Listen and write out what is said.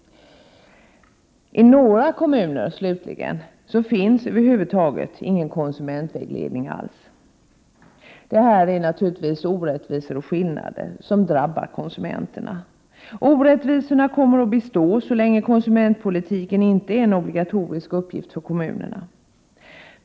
I några kommuner finns det över huvud taget ingen konsumentvägledning alls. Det här är naturligtvis orättvisor och skillnader som drabbar konsumenterna. Orättvisorna kommer att bestå så länge konsumentpolitiken inte är en obligatorisk uppgift för kommunerna.